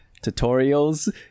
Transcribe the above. tutorials